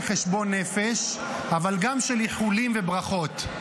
חשבון נפש אבל גם של איחולים וברכות.